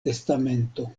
testamento